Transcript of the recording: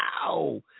Ow